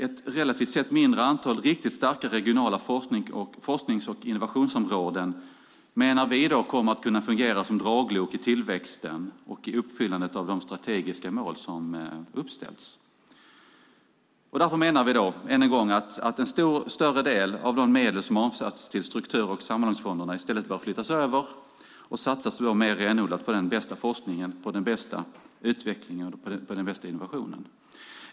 Ett relativt sett mindre antal riktigt starka regionala forsknings och innovationsområden kommer, menar vi, att kunna fungera som draglok i tillväxten och i uppfyllandet av de strategiska mål som har uppställts. Därför menar vi att en större del av de medel som avsatts till struktur och sammanhållningsfonderna i stället bör flyttas över och satsas mer renodlat på den bästa forskningen, den bästa utvecklingen och den bästa innovationen.